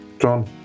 John